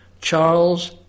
Charles